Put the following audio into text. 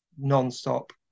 non-stop